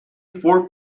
four